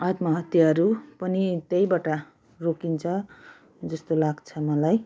आत्महत्याहरू पनि त्यहीँबाट रोकिन्छ जस्तो लाग्छ मलाई